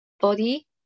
body